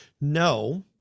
no